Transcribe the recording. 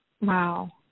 Wow